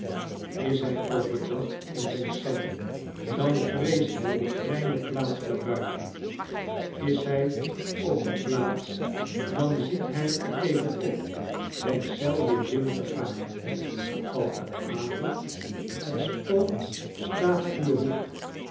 is hij over dag in zijn eel dan vreest hij de kleine plaats daarbuiten is hij op de plaats dat ziet hij er tegen op zijn eel weer binnen te gaan valt den avond het spook staat in den hoek